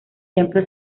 templo